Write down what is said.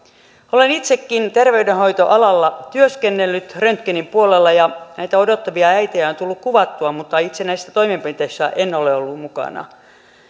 olen itsekin terveydenhoitoalalla työskennellyt röntgenin puolella ja odottavia äitejä on tullut kuvattua mutta itse näissä toimenpiteissä en ole ollut mukana